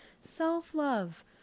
self-love